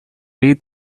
way